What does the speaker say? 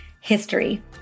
history